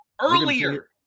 Earlier